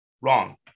Wrong